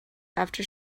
after